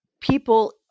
people